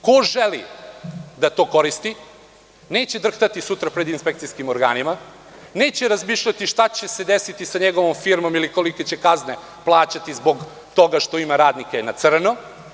Ko želi da to koristi neće drhtati sutra pred inspekcijskim organima, neće razmišljati šta će se desiti sa njegovom firmom ili kolike će kazne plaćati zbog toga što ima radnike na crno.